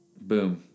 Boom